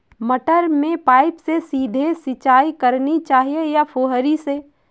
मटर में पाइप से सीधे सिंचाई करनी चाहिए या फुहरी से?